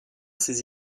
ses